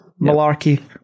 malarkey